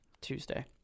Tuesday